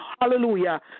hallelujah